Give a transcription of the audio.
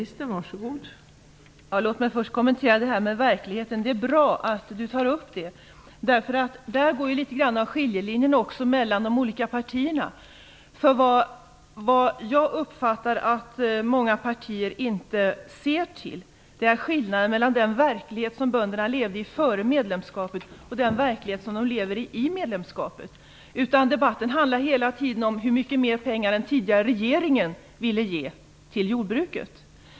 Fru talman! Låt mig först kommentera detta med verkligheten. Det är bra att Lars Stjernkvist tar upp det. Där går något av en skiljelinje mellan de olika partierna. Jag uppfattar att många partier inte ser till skillnaden mellan den verklighet som bönderna levde i före medlemskapet och den verklighet som de lever i nu, i och med medlemskapet. Debatten handlar hela tiden om hur mycket mera pengar den tidigare regeringen ville ge till jordbruket.